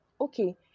okay